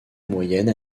moyenne